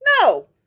No